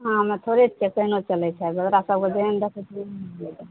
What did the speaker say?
अहाँ हमे थोड़े छियै केहनो छलय छै ओकरा सबके जेहन देखैत